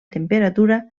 temperatura